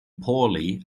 poorly